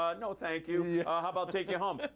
ah no, thank you. how about taking you home? but